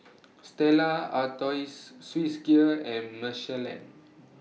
Stella Artois Swissgear and Michelin